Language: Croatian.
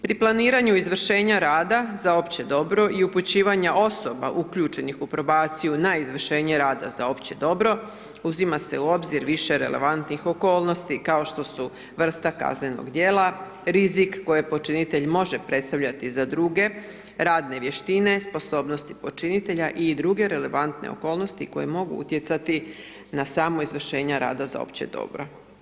Pri planiranju izvršenja rada za opće dobro i upućivanja osoba uključenih u probaciju na izvršenje rada za opće dobro uzima se u obzir više relevantnih okolnosti kao što su vrsta kaznenog djela, rizik koje počinitelj može predstavljati za druge, radne vještine, sposobnosti počinitelja i druge relevantne okolnosti koje mogu utjecati na samo izvršenje rada za opće dobro.